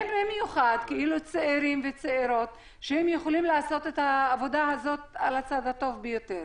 במיוחד צעירים וצעירות שיכולים לעשות את העבודה הזאת על הצד הטוב ביותר.